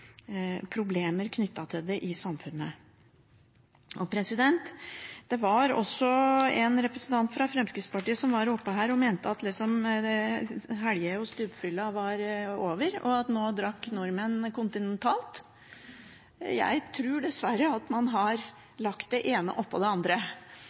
problemer knyttet til det i samfunnet. Det var en representant for Fremskrittspartiet som var oppe og mente at helge- og stupfylla var over, og at nå drakk nordmennene kontinentalt. Jeg tror dessverre at man